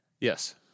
Yes